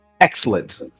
Excellent